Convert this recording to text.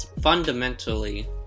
fundamentally